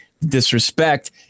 Disrespect